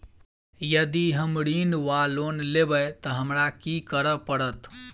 यदि हम ऋण वा लोन लेबै तऽ हमरा की करऽ पड़त?